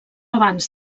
abans